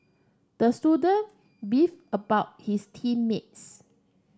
the student beefed about his team mates